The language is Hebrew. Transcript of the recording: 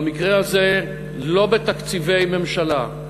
במקרה הזה לא בתקציבי ממשלה,